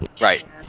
Right